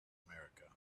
america